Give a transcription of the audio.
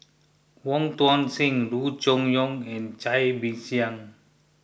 Wong Tuang Seng Loo Choon Yong and Cai Bixia